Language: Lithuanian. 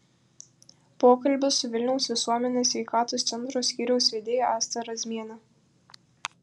pokalbis su vilniaus visuomenės sveikatos centro skyriaus vedėja asta razmiene